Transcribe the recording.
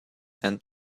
then